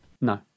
No